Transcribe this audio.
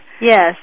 yes